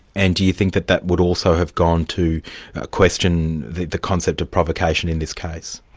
and do you think that that would also have gone to question the the concept of provocation in this case?